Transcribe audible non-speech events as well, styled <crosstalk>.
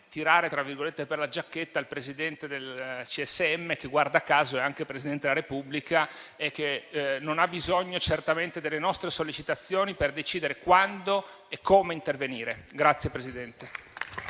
per la giacchetta il Presidente del CSM, che - guarda caso - è anche Presidente della Repubblica e non ha certamente bisogno delle nostre sollecitazioni per decidere quando e come intervenire. <applause>